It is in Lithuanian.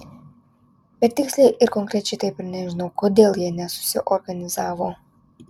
bet tiksliai ir konkrečiai taip ir nežinau kodėl jie nesusiorganizavo